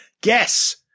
Guess